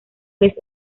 vez